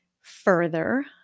Further